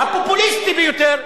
הפופוליסטי ביותר,